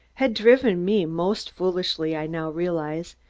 had driven me, most foolishly, i now realized,